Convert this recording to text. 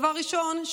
דבר ראשון,